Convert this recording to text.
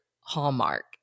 Hallmark